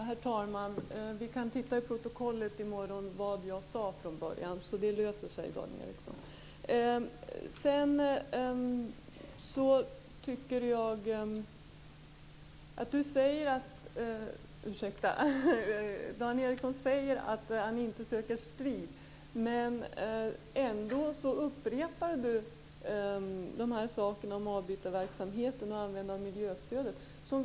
Herr talman! Vi kan se vad jag sade från början i protokollet i morgon. Det löser sig, Dan Ericsson. Dan Ericsson säger att han inte söker strid, men ändå upprepar han det han sagt om avbytarverksamheten och miljöstödet.